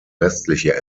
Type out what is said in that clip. restliche